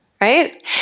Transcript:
Right